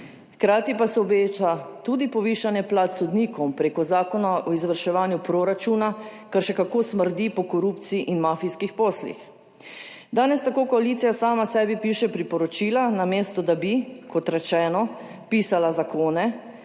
Hkrati pa se obeta tudi povišanje plač sodnikom preko Zakona o izvrševanju proračuna, kar še kako smrdi po korupciji in mafijskih poslih. Danes tako koalicija sama sebi piše priporočila, namesto da bi, kot rečeno, pisala zakone,